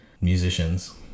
musicians